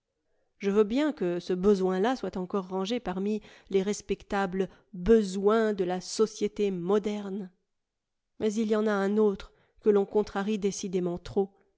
je veux bien que ce besoin là soit encore rangé parmi les respectables besoins de la société moderne mais il y en a un autre que l'on contrarie décidément trop